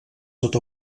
tot